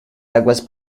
aguas